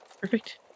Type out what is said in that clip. Perfect